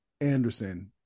Anderson